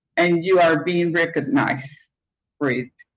and you are being recognized for it.